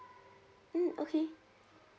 mm okay